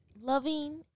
loving